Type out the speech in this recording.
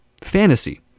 fantasy